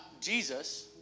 Jesus